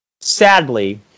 sadly